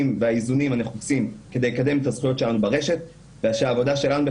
והאיזונים הנחוצים כדי לקדם את הזכויות שלנו ברשת ושהעבודה שלנו,